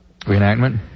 Reenactment